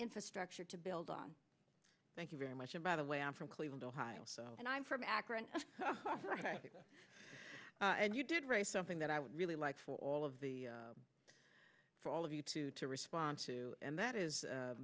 infrastructure to build on thank you very much and by the way i'm from cleveland ohio and i'm from akron and you did write something that i would really like for all of the for all of you to to respond to and that is